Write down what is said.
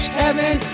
heaven